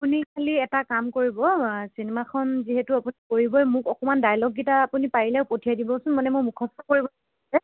আপুনি খালি এটা কাম কৰিব চিনেমাখন যিহেতু আপুনি কৰিবই মোক অকণমান ডাইলগকিটা আপুনি পাৰিলে আৰু পঠিয়াই দিবচোন মানে মই মুখস্ত কৰিব